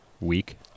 Weak